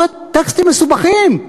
הוא קורא טקסטים מסובכים.